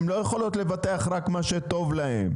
הן לא יכולות לבטח רק מה שטוב להן.